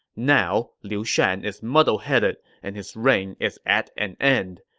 now, liu shan is muddleheaded, and his reign is at an end.